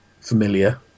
familiar